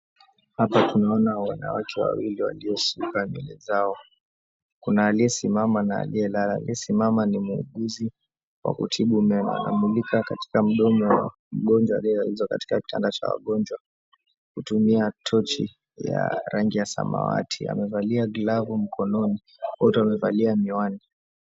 Hapa tunaona wanawake wawili waliosuka nywele zao kuna aliyesimama na aliyelala, aliyesimama ni muuguzi wa kutibu meno anamulika katika mdomo wa mgonjwa aliyelazwa katika kitanda cha wagonjwa kutumia tochi ya rangi ya samawati amevalia glavu mkononi wote wamevalia miwani.